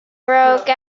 broke